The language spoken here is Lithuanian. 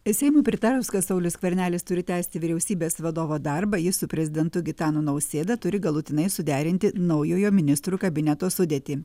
seimui pritarus kad saulius skvernelis turi tęsti vyriausybės vadovo darbą jis su prezidentu gitanu nausėda turi galutinai suderinti naujojo ministrų kabineto sudėtį